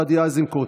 גדי איזנקוט,